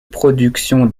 production